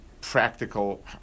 practical